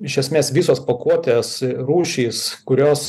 iš esmės visos pakuotės rūšys kurios